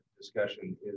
discussion